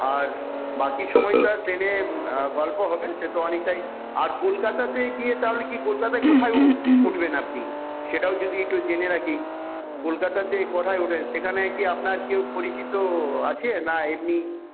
আর বাকি সময়টা ট্রেনে গল্প হবে সে তো অনেকটাই আর কলকাতাতে গিয়ে তাহলে কলকাতায় গিয়ে কোথায় উঠবেন আপনি সেটাও যদি একটু জেনে রাখি কলকাতাতে কোথায় উঠে সেখানে কি আপনার কেউ পরিচিত আছে না এমনি